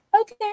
okay